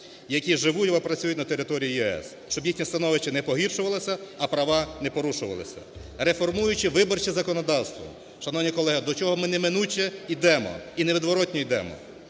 які живуть і працюють на території ЄС, щоб їхнє становище не погіршувалося, а права не порушувалися. Реформуючи виборче законодавство, шановні колеги, до чого ми неминуче ідемо і невідворотно ідемо,